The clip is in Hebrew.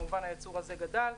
וכמובן שהייצור הזה גדל.